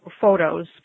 photos